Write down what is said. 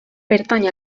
pertany